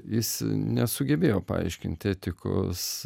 jis nesugebėjo paaiškinti etikos